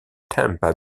tampa